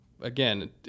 again